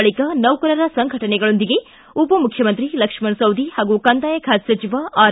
ಬಳಿಕ ನೌಕರರ ಸಂಘಟನೆಗಳೊಂದಿಗೆ ಉಪಮುಖ್ಯಮಂತ್ರಿ ಲಕ್ಷ್ಮಣ ಸವದಿ ಹಾಗೂ ಕಂದಾಯ ಖಾತೆ ಸಚಿವ ಆರ್